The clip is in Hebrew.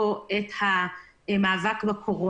אפשר לדוגמה להגיש הצעות עד ה-15 ביוני ואז